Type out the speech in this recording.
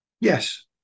Yes